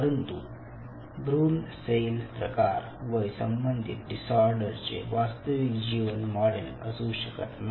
परंतु भ्रूण सेल प्रकार वय संबंधित डिसऑर्डरचे वास्तविक जीवन मॉडेल असू शकत नाही